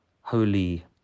holy